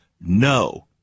No